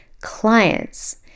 clients